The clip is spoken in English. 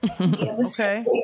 okay